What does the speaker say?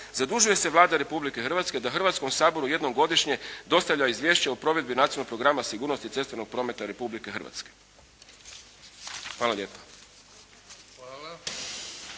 Zadužuje se Vlada Republike Hrvatske da Hrvatskom saboru jednom godišnje dostavlja Izvješće o provedbi Nacionalnog programa sigurnosti cestovnog prometa Republike Hrvatske. Hvala lijepa.